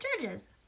judges